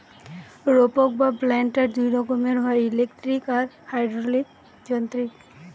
রোপক বা প্ল্যান্টার দুই রকমের হয়, ইলেকট্রিক আর হাইড্রলিক যান্ত্রিক